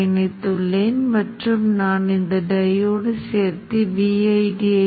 மின்தூண்டி மின்னோட்ட அலை வடிவத்தை இங்கு பார்க்க விரும்புகிறோம்